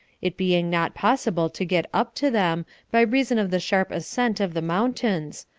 it being not possible to get up to them by reason of the sharp ascent of the mountains,